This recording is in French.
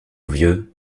vieux